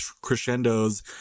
crescendos